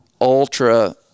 ultra